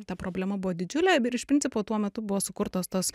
ta problema buvo didžiulė ir iš principo tuo metu buvo sukurtos tos